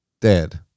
Dead